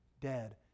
dead